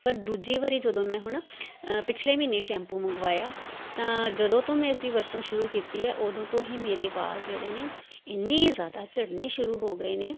ਪਰ ਦੂਜੀ ਵਾਰੀ ਜਦੋਂ ਮੈਂ ਹੁਣ ਪਿਛਲੇ ਮਹੀਨੇ ਸ਼ੈਂਪੂ ਮੰਗਵਾਇਆ ਤਾਂ ਜਦੋਂ ਤੋਂ ਮੈਂ ਇਸ ਦੀ ਵਰਤੋਂ ਸ਼ੁਰੂ ਕੀਤੀ ਹੈ ਉਦੋਂ ਤੋਂ ਹੀ ਮੇਰੇ ਵਾਲ ਜਿਹੜੇ ਨੇ ਇੰਨੇ ਜ਼ਿਆਦਾ ਝੜਨੇ ਸ਼ੁਰੂ ਹੋ ਗਏ ਨੇ